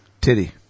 Titty